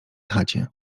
chacie